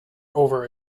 over